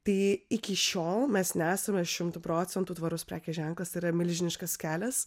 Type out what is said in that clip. tai iki šiol mes nesame šimtu procentų tvarus prekės ženklas tai yra milžiniškas kelias